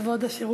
לכבוד השידור